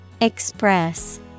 Express